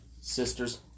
sisters